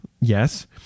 yes